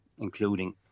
including